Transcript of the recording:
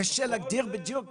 כי קשה בדיוק להגדיר את זה.